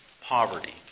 poverty